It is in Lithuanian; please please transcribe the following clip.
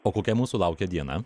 o kokia mūsų laukia diena